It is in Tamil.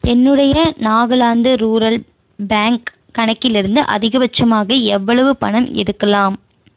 என்னுடைய நாகாலாந்து ரூரல் பேங்க் கணக்கிலிருந்து அதிகபட்சமாக எவ்வளவு பணம் எடுக்கலாம்